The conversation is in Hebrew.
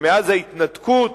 שמאז ההתנתקות,